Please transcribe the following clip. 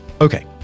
Okay